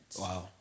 Wow